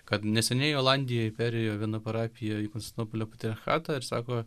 kad neseniai olandijoj perėjo viena parapija į konstantinopolio patriarchatą ir sako